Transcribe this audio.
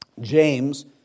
James